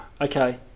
okay